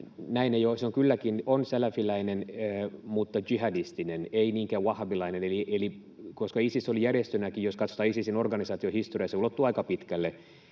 ole. Se kylläkin on salafilainen mutta jihadistinen, ei niinkään wahhabilainen. Eli Isis järjestönäkin — jos katsotaan Isisin organisaation historiaa — ulottuu aika pitkälle,